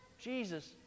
Jesus